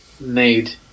made